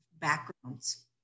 backgrounds